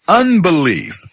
unbelief